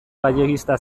galleguista